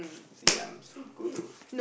see I'm so good